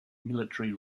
military